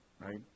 right